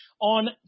on